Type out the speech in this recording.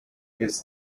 his